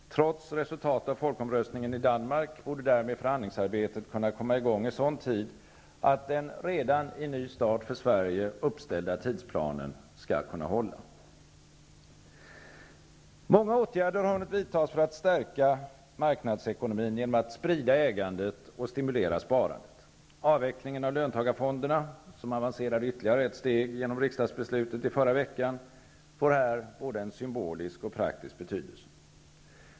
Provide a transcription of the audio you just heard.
Trots resultatet av folkomröstningen i Danmark borde därmed förhandlingsarbetet kunna komma i gång i sådan tid att den redan i Ny start för Sverige uppställda tidsplanen skall kunna hålla. Många åtgärder har hunnit vidtas för att stärka marknadsekonomin genom att sprida ägandet och stimulera sparandet. Avvecklingen av löntagarfonderna, som avancerade ytterligare ett steg genom riksdagsbeslutet i förra veckan, får här både symbolisk och praktisk betydelse.